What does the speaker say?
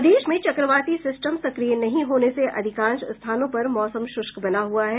प्रदेश में चक्रवाती सिस्टम सक्रिय नहीं होने से अधिकांश स्थानों पर मौसम शुष्क बना हआ है